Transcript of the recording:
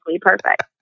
perfect